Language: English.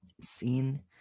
Scene